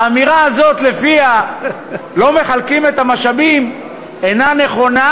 האמירה הזאת שלפיה לא מחלקים את המשאבים אינה נכונה,